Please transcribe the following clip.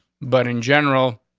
but in general,